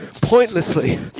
pointlessly